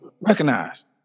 recognized